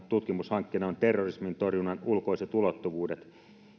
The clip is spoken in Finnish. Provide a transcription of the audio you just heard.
tutkimushankkeena on terrorismin torjunnan ulkoiset ulottuvuudet